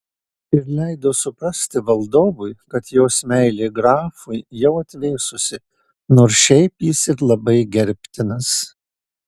ir leido suprasti valdovui kad jos meilė grafui jau atvėsusi nors šiaip jis ir labai gerbtinas